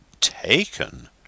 Taken